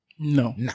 no